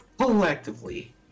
collectively